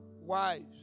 wives